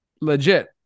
Legit